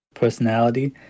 personality